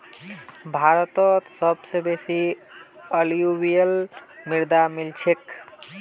भारतत सबस बेसी अलूवियल मृदा मिल छेक